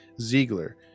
Ziegler